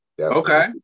Okay